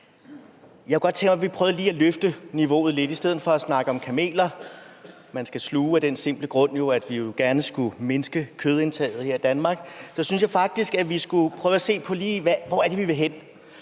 Jeg kunne godt tænke mig, at vi lige prøvede at løfte niveauet lidt. I stedet for at snakke om kameler, man skal sluge, så synes jeg faktisk, at vi af den simple grund, at vi jo gerne skulle mindske kødindtaget her i Danmark, skulle prøve at se på, hvor det er, vi vil hen.